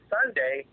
Sunday